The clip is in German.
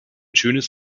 schönes